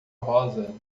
rosa